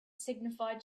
signified